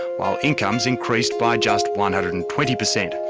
while incomes increased by just one hundred and twenty percent.